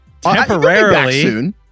Temporarily